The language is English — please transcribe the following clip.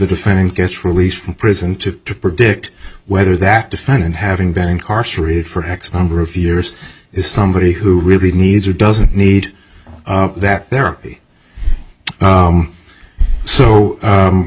defending gets released from prison to to predict whether that defendant having been incarcerated for x number of years is somebody who really needs or doesn't need that there be so